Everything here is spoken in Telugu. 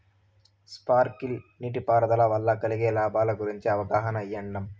స్పార్కిల్ నీటిపారుదల వల్ల కలిగే లాభాల గురించి అవగాహన ఇయ్యడం?